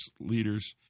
leaders